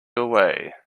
away